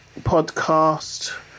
podcast